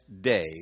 day